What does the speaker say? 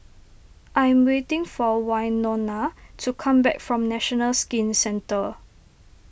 I am waiting for Wynona to come back from National Skin Centre